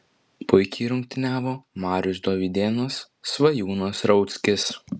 puikiai rungtyniavo marius dovydėnas svajūnas rauckis